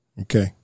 Okay